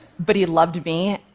but he loved me,